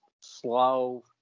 slow